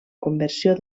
conversió